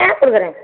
ஆ கொடுக்கறேன்